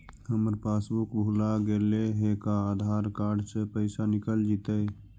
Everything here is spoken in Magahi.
हमर पासबुक भुला गेले हे का आधार कार्ड से पैसा निकल जितै?